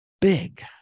big